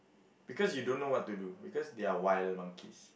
because you don't know what to do because they are wild monkeys